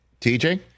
TJ